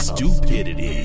Stupidity